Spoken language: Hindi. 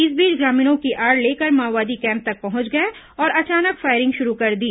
इस बीच ग्रामीणों की आड़ लेकर माओवादी कैम्प तक पहुंच गए और अचानक फायरिंग शुरू कर दी